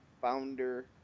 founder